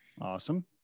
Awesome